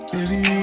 Baby